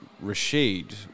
Rashid